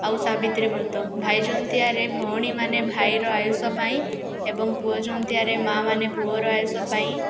ଆଉ ସାବିତ୍ରୀ ବ୍ରତ ଭାଇଜନ୍ତିଆରେ ଭଉଣୀମାନେ ଭାଇର ଆୟୁଷ ପାଇଁ ଏବଂ ପୁଅଜନ୍ତିଆରେ ମାଆମାନେ ପୁଅର ଆୟୁଷପାଇଁ